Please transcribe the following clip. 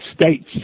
states